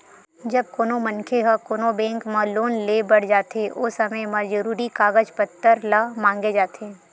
जब कोनो मनखे ह कोनो बेंक म लोन लेय बर जाथे ओ समे म जरुरी कागज पत्तर ल मांगे जाथे